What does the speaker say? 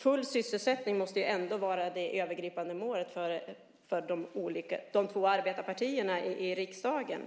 Full sysselsättning måste ändå vara det övergripande målet för de två arbetarpartierna i riksdagen.